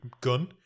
gun